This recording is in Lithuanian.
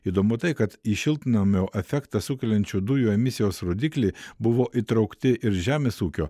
įdomu tai kad į šiltnamio efektą sukeliančių dujų emisijos rodiklį buvo įtraukti ir žemės ūkio